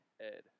Ed